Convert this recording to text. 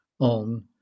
on